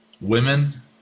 Women